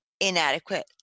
inadequate